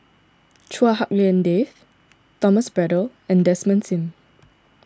Chua Hak Lien Dave Thomas Braddell and Desmond Sim